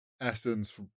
essence